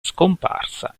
scomparsa